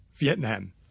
Vietnam